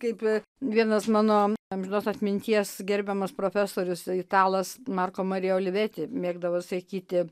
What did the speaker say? kaip vienas mano amžinos atminties gerbiamas profesorius italas marko marioliveti mėgdavo sakyti